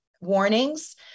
warnings